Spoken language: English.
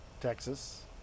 Texas